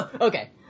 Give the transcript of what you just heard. Okay